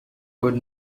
could